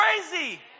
crazy